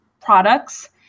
products